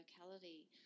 locality